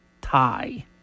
tie